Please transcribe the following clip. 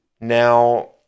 Now